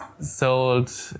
sold